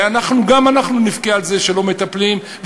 גם אנחנו נבכה על זה שלא מטפלים,